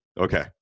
okay